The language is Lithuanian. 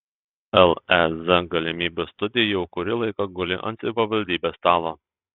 lez galimybių studija jau kurį laiką guli ant savivaldybės stalo